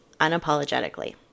unapologetically